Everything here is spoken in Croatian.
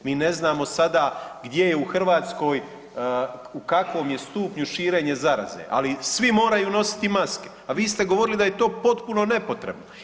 Mi ne znamo sada gdje je u Hrvatskoj u kakvom je stupnju širenje zaraze, ali svi moraju nositi maske, a vi ste govorili da je to potpuno nepotrebno.